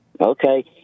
Okay